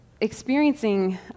experiencing